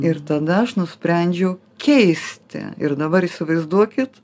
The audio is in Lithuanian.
ir tada aš nusprendžiau keisti ir dabar įsivaizduokit